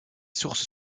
sources